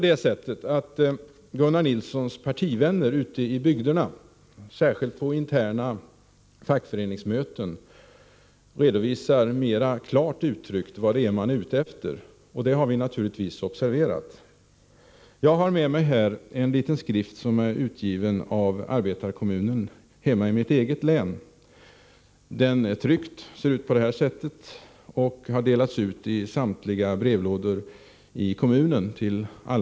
Men nu har Gunnar Nilssons partivänner ute i bygderna, särskilt på interna fackföreningsmöten, mera klart förevisat vad man är ute efter. Det har vi naturligtvis observerat. Jag har med mig en liten skrift, utgiven av en arbetarkommun hemma i mitt eget län. Den är tryckt och har delats ut i samtliga brevlådor i kommunen.